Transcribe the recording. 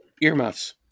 Earmuffs